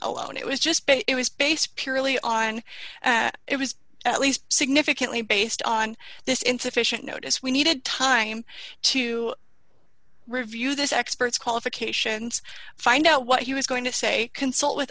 alone it was just base it was based purely on it was at least significantly based on this insufficient notice we needed time to review this expert's qualifications find out what he was going to say consult with